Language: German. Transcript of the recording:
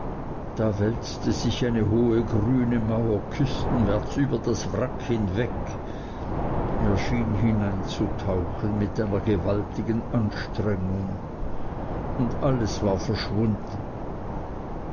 da wälzte sich eine hohe grüne mauer küstenwärts über das wrack hinweg er schien hineinzutauchen mit einer gewaltigen anstrengung und alles war verschwunden